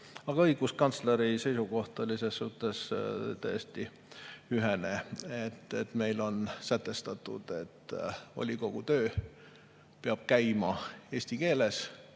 õiguskantsleri seisukoht oli selles suhtes täiesti ühene: meil on sätestatud, et volikogu töö peab käima eesti keeles.